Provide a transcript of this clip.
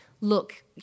look